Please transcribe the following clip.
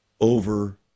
over